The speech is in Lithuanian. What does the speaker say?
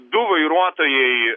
du vairuotojai